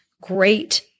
great